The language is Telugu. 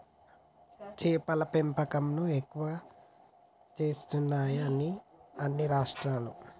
చేపల పెంపకం ను ఎక్కువ చేస్తున్నాయి అన్ని రాష్ట్రాలు